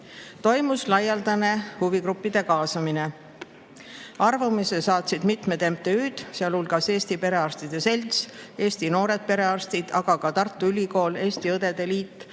Toimus laialdane huvigruppide kaasamine. Arvamuse saatsid mitmed MTÜ‑d, sealhulgas Eesti Perearstide Selts ja Eesti Noored Perearstid, aga ka Tartu Ülikool, Eesti Õdede Liit,